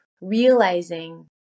realizing